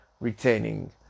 retaining